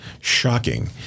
shocking